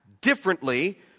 differently